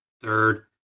Third